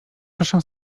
proszę